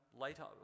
later